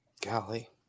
Golly